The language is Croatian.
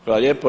Hvala lijepo.